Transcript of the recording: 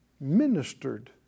ministered